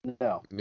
no